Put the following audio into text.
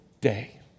day